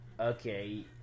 okay